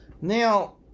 Now